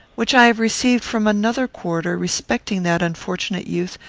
which i have received from another quarter respecting that unfortunate youth,